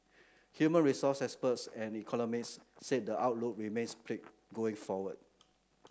human resource experts and economists say the outlook remains bleak going forward